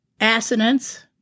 assonance